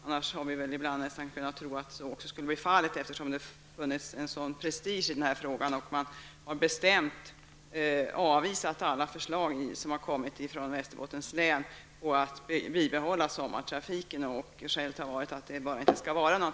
Annars har man ibland kunnat tro att så skulle bli fallet, eftersom det har funnits sådan prestige i den här frågan och man bestämt avvisat alla förslag som har kommit från